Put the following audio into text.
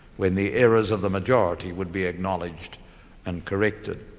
when the errors of the majority would be acknowledged and corrected.